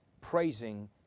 praising